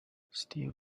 steel